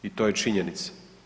I to je činjenica.